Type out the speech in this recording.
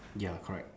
ya correct